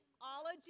ology